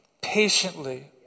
patiently